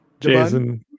jason